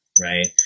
right